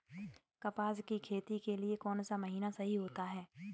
कपास की खेती के लिए कौन सा महीना सही होता है?